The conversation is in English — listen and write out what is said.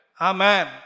Amen